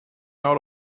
out